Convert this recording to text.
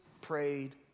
prayed